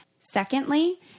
Secondly